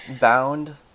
Bound